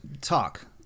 Talk